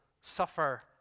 suffer